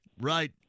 right